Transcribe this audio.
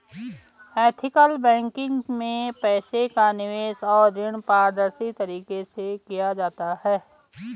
ethical banking में पैसे का निवेश और ऋण पारदर्शी तरीके से किया जाता है